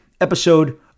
episode